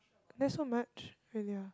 that's not much really ah